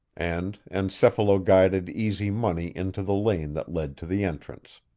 and encephalo-guided easy money into the lane that led to the entrance.